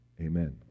amen